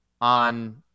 on